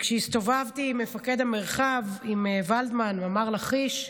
כשהסתובבתי עם מפקד המרחב, עם ולדמן, ימ"ר לכיש,